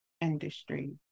industry